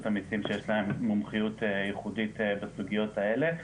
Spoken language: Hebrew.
המיסים שיש להם מומחיות ייחודית בסוגיות האלה.